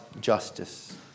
justice